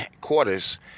quarters